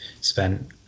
spent